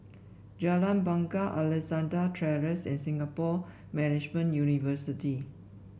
Jalan Bungar Alexandra Terrace and Singapore Management University